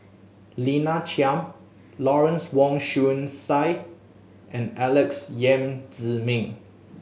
Lina Chiam Lawrence Wong Shyun Tsai and Alex Yam Ziming